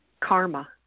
karma